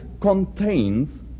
contains